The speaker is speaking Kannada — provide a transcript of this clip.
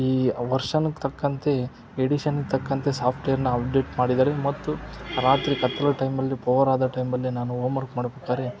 ಈ ವರ್ಷಂಗೆ ತಕ್ಕಂತೆ ಎಡಿಷನ್ಗೆ ತಕ್ಕಂತೆ ಸಾಫ್ಟ್ವೇರ್ನ ಅಪ್ಡೇಟ್ ಮಾಡಿದ್ದಾರೆ ಮತ್ತು ರಾತ್ರಿ ಕತ್ಲು ಟೈಮಲ್ಲಿ ಬೋರಾದ ಟೈಮಲ್ಲಿ ನಾನು ಹೋಮರ್ಕ್ ಮಾಡ್ಬೇಕಾದ್ರೆ